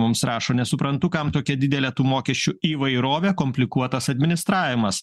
mums rašo nesuprantu kam tokia didelė tų mokesčių įvairovė komplikuotas administravimas